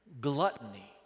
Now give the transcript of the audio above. gluttony